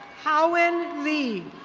howen lee.